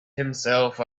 himself